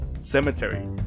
cemetery